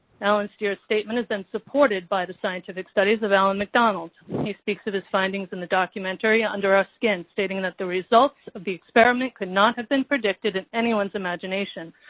allen steere's statement has been supported by the scientific studies of alan macdonald who speaks of his findings in the documentary, under our skin, stating that the results of the experiment could not have been predicted in anyone's imagination.